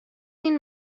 این